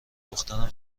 دخترم